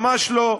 ממש לא.